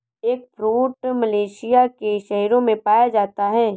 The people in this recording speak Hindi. एगफ्रूट मलेशिया के शहरों में पाया जाता है